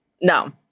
no